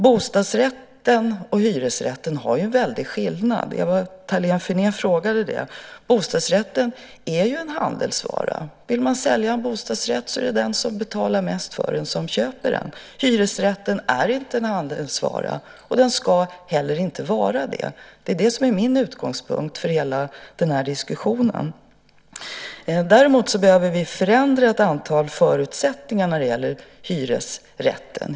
Bostadsrätten och hyresrätten har en väldig skillnad. Ewa Thalén Finné frågade om det. Bostadsrätten är en handelsvara. Vill man sälja en bostadsrätt är det den som betalar mest som köper den. Hyresrätten är inte en handelsvara. Den ska heller inte vara det. Det är min utgångspunkt för hela diskussionen. Däremot behöver vi förändra ett antal förutsättningar när det gäller hyresrätten.